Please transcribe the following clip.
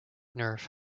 nerve